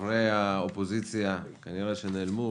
חברי האופוזיציה כנראה שנעלמו,